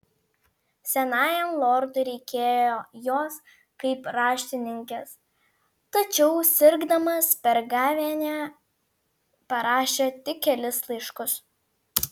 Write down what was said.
senajam lordui reikėjo jos kaip raštininkės tačiau sirgdamas per gavėnią parašė tik kelis laiškus